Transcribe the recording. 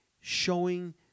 showing